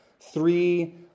three